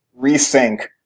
resync